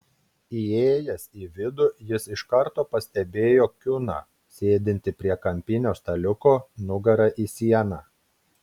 įėjęs į vidų jis iš karto pastebėjo kiuną sėdintį prie kampinio staliuko nugara į sieną